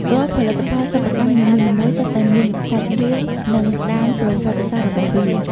រាល់ផលិតផលសិប្បកម្មនីមួយៗសុទ្ធតែមានសាច់រឿង និងដានប្រវត្តិសាស្ត្ររបស់វា។